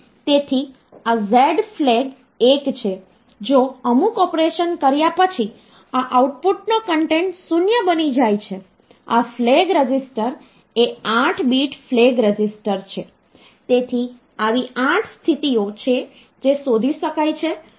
તેથી આ રીતે આધાર ગમે તે હોય તે મુજબ આપણે વિચારી શકીએ છીએ અનેઆપણે ડેસિમલ પદ્ધતિમાં અનુરૂપ સંખ્યા શું છે તે શોધી શકીએ છીએ